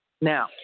Now